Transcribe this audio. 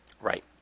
right